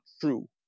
true